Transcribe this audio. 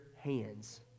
hands